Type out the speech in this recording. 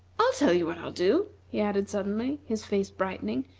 i'll tell you what i'll do, he added suddenly, his face brightening,